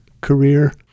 career